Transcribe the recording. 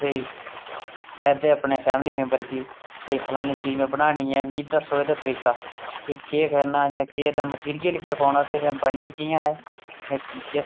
ते समें गै राजा गी रंक बनांदा ते रंक गी राजा बनांदा समें दा कम्म ऐ उप्पर थल्ले रक्खना कुसै चीज़ै गी उप्पर करना ते कुसै चीज़ै गी थल्ले करना कुसै चीज़ै गी थल्लै करना ते कुसै चीज़ै गी